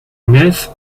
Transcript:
nef